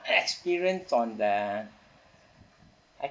experience on the